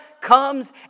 comes